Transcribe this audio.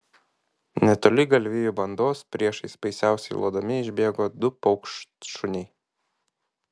netoli galvijų bandos priešais baisiausiai lodami išbėgo du paukštšuniai